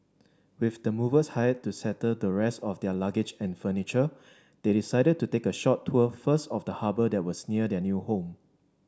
with the movers hired to settle the rest of their luggage and furniture they decided to take a short tour first of the harbour that was near their new home